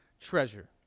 treasure